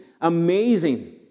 Amazing